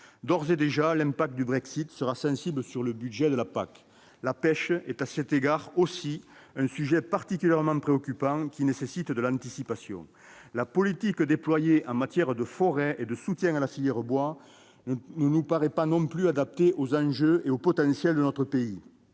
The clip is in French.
d'ores et déjà que le Brexit aura une incidence sensible sur le budget de la PAC. La pêche est, à cet égard, un autre sujet particulièrement préoccupant, qui nécessite d'anticiper. La politique déployée en matière de forêts et de soutien à la filière bois ne nous paraît pas non plus adaptée aux enjeux et au potentiel de notre pays.